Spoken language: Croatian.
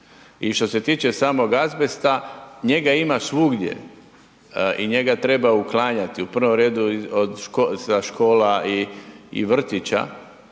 I što se tiče samog azbesta, njega ima svugdje i njega treba uklanjati, u prvom redu od škola i vrtića